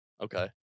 Okay